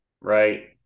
right